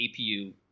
APU